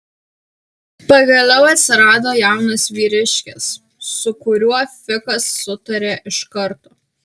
pagaliau atsirado jaunas vyriškis su kuriuo fikas sutarė iš karto